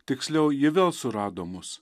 tiksliau ji vėl surado mus